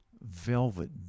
velvet